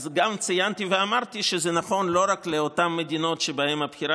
ציינתי ואמרתי שזה נכון לא רק לאותן מדינות שבהן הבחירה